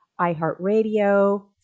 iHeartRadio